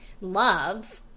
love